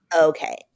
Okay